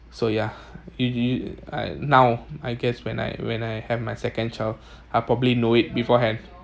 so ya you you I now I guess when I when I have my second child I probably know it beforehand